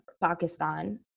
Pakistan